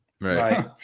Right